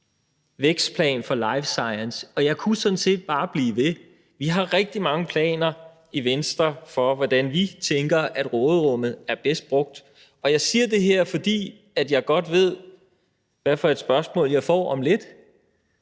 vækstplan for life science. Jeg kunne sådan set bare blive ved. Vi har rigtig mange planer i Venstre for, hvordan vi tænker at råderummet er bedst brugt. Jeg siger det her, fordi jeg godt ved, hvad for et spørgsmål jeg får om lidt,